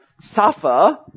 suffer